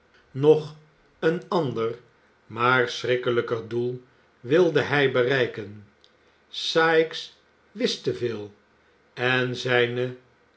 nog een ander maar schrikkeüjker doel wilde hij bereiken sikes wist te veel en zijne